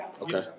Okay